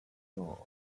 door